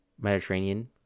Mediterranean